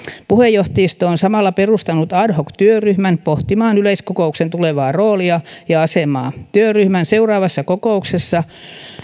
puheenjohtajisto on samalla perustanut ad hoc työryhmän pohtimaan yleiskokouksen tulevaa roolia ja asemaa työryhmän seuraavassa kokouksessa